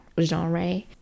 genre